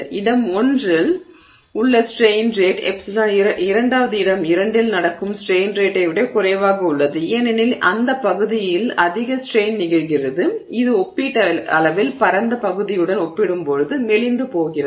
இடம் 1 இல் உள்ள ஸ்ட்ரெய்ன் ரேட் ε இரண்டாவது இடம் 2 இல் நடக்கும் ஸ்ட்ரெய்ன் ரேட்டை விட குறைவாக உள்ளது ஏனெனில் அந்த பகுதியில் அதிக ஸ்ட்ரெய்ன் நிகழ்கிறது இது ஒப்பீட்டளவில் பரந்த பகுதியுடன் ஒப்பிடும்போது மெலிந்து போகிறது